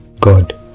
God